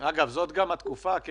זאת גם התקופה הכי טובה,